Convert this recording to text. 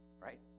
right